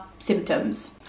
Symptoms